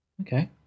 Okay